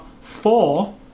four